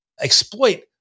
exploit